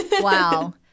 Wow